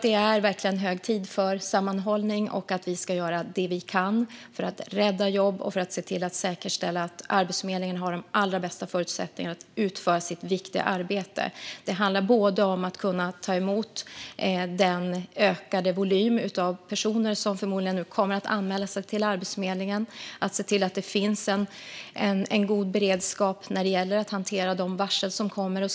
Det är verkligen hög tid för sammanhållning och för att vi ska göra det vi kan för att rädda jobb och för att se till att säkerställa att Arbetsförmedlingen har de allra bästa förutsättningarna att utföra sitt viktiga arbete. Det handlar om att kunna ta emot den ökade volym av personer som nu förmodligen kommer att anmäla sig till Arbetsförmedlingen. Det gäller att se till att det finns en god beredskap att hantera de varsel som kommer.